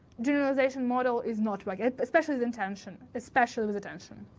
dualization model is not like it, especially the intention, especially with attention.